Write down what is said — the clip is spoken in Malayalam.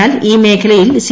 എന്നാൽ ഈ മേഖലയിൽ സി